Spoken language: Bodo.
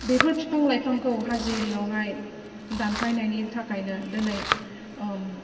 बेफोर बिफां लाइफांखौ हाजो एरिया यावहाय दानफायनायनि थाखायनो दिनै